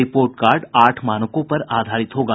report card आठ मानकों पर आधारित होगा